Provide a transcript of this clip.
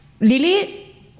Lily